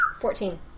fourteen